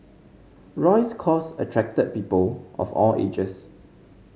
Roy's cause attracted people of all ages